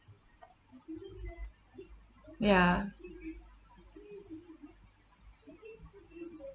ya